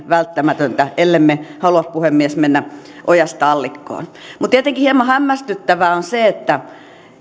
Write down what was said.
välttämätöntä ellemme halua puhemies mennä ojasta allikkoon mutta tietenkin hieman hämmästyttävää on se että